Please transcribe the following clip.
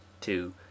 two